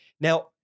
Now